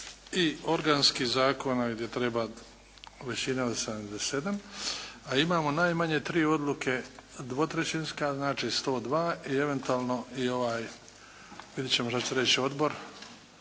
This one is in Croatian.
i organskih zakona gdje treba većina od 77 a imamo najmanje tri odluke dvotrećinska znači 102 i eventualno, vidjet ćemo šta će reći odbor